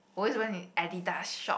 always went in Adidas shop